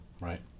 Right